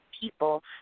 people